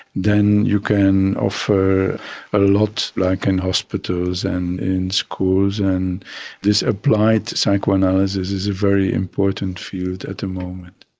then you can offer a lot, like in hospitals and in schools, and this applied psychoanalysis is a very important field at the moment.